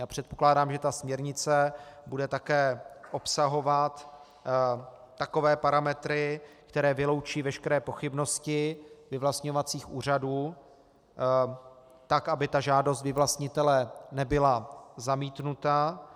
Já předpokládám, že ta směrnice bude také obsahovat takové parametry, které vyloučí veškeré pochybnosti vyvlastňovacích úřadů tak, aby ta žádost vyvlastnitele nebyla zamítnuta.